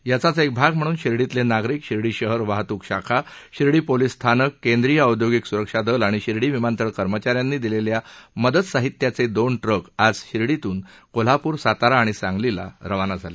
याचाच एक भाग म्हणून शिर्डीतले नागरिक शिर्डी शहर वाहतूक शाखा शिर्डी पोलीस स्थानक केंद्रीय औद्योगिक स्रक्ष दल आणि शिर्डी विमानतळ कर्मचाऱ्यांनी दिलेल्या मदत साहित्याचे दोन ट्रक आज शिर्डीतून कोल्हापूरसातारा आणि सांगलीला काल रवाना झाले